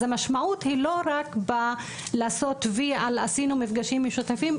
אז המשמעות היא לא רק לעשות "וי" על עשינו מפגשים משותפים,